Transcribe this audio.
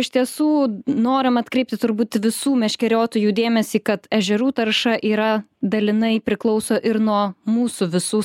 iš tiesų norim atkreipti turbūt visų meškeriotojų dėmesį kad ežerų tarša yra dalinai priklauso ir nuo mūsų visų s